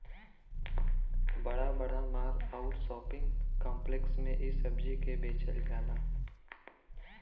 बड़ा बड़ा माल आउर शोपिंग काम्प्लेक्स में इ सब्जी के बेचल जाला